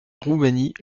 roumanie